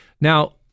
Now